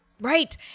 Right